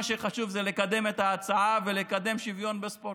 מה שחשוב זה לקדם את ההצעה ולקדם שוויון בספורט.